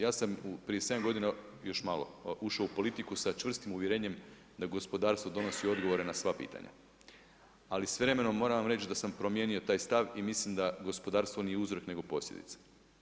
Ja sam prije sedam godina još malo ušao u politiku sa čvrstim uvjerenjem da gospodarstvo donosi odgovore na sva pitanja, ali s vremenom moram vam reći da sam promijenio taj stav i mislim da gospodarstvo nije uzrok nego posljedica.